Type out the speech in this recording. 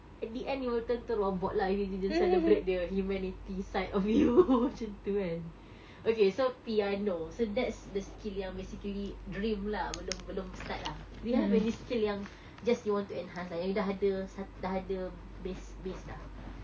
at the end you will turn to robot lah if you didn't celebrate the humanity side of you macam tu kan okay so piano so that's the skill yang basically dream lah belum belum start ah do you have any skill yang just you want to enhance lah yang you dah ada sat~ dah ada base base[lah]